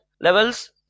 levels